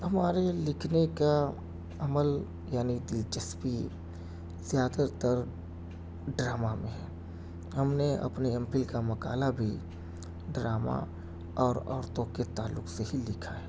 ہمارے لکھنے کا عمل یعنی دلچسپی زیادہ تر ڈرامہ میں ہے ہم نے اپنے ایم فل کا مقالہ بھی ڈرامہ اور عورتوں کے تعلق سے ہی لکھا ہے